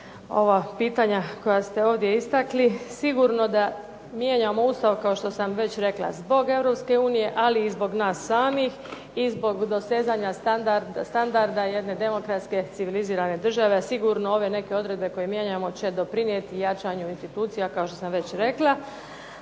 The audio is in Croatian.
ova pitanja koja ste ovdje istakli. Sigurno da mijenjamo Ustav kao što sam već rekla zbog Europske unije, ali i zbog nas samih i zbog dosezanja standarda jedne demokratske civilizirane države, a sigurno ove neke odredbe koje mijenjamo će doprinijeti jačanju institucija kao što sam već rekla.